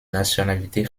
nationalité